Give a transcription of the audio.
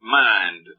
mind